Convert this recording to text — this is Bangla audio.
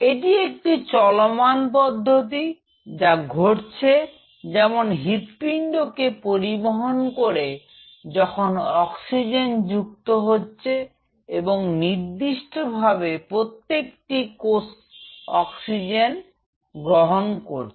এটি একটি চলমান পদ্ধতি যা ঘটছে যেমন হৃৎপিণ্ড রক্ত কে পরিবহন করে যখন অক্সিজেন যুক্ত হচ্ছে এবং নির্দিষ্টভাবে প্রত্যেকটি কোরষ অক্সিজেন গ্রহণ করছে